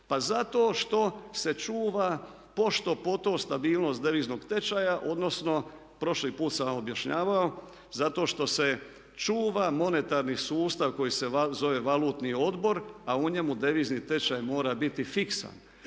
Pa zato što se čuva pošto poto stabilnost deviznog tečaja, odnosno prošli put sam vam objašnjavao zato što se čuva monetarni sustav koji se zove valutni odbor, a u njemu devizni tečaj mora biti fiksan.